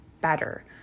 better